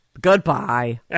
Goodbye